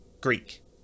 Greek